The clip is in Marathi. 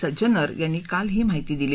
सज्जनर यांनी काल ही माहिती दिली